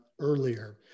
earlier